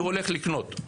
והולך לקנות.